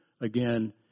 Again